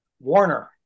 Warner